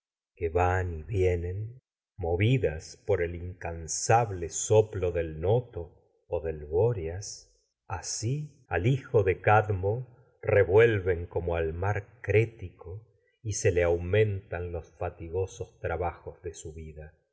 que van o vienen movidas bóreas y por el incansable soplo cadmo revuelven tra en del noto al del asi se al hijo de como mar crético le aumentan los fatigosos bajos sus de su vida